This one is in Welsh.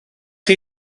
chi